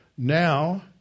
Now